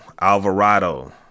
Alvarado